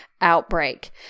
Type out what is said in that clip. outbreak